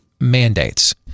mandates